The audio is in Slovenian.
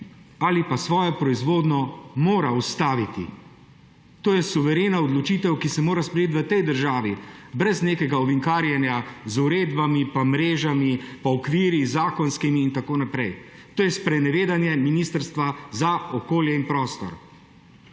ali pa svojo proizvodnjo mora ustaviti. To je suverena odločitev, ki se mora sprejeti v tej državi brez nekega ovinkarjenja z uredbami, pa mrežami, pa okvirji zakonskimi in tako naprej. To je sprenevedanje Ministrstva za okolje in prostor!